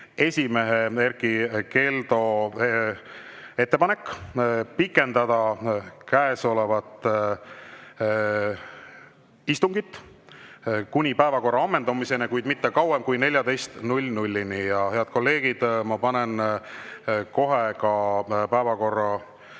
esimehe Erkki Keldo ettepanek pikendada käesolevat istungit kuni päevakorra ammendumiseni, kuid mitte kauem kui 14.00-ni. Head kolleegid, ma panen kohe ka istungi